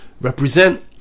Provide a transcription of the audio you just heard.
represent